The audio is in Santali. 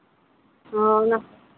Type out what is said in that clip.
ᱚ ᱚᱱᱟ